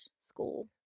school